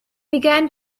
began